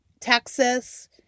texas